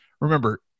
remember